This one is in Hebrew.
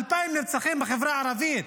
2,000 נרצחים בחברה הערבית,